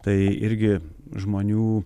tai irgi žmonių